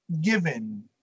given